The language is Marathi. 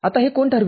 आता हे कोण ठरवेल